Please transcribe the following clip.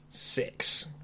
Six